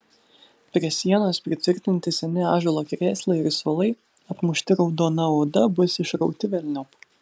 prie sienos pritvirtinti seni ąžuolo krėslai ir suolai apmušti raudona oda bus išrauti velniop